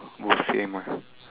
both same ah